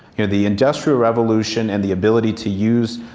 you know, the industrial revolution and the ability to use